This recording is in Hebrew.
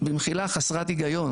במחילה חסרת היגיון,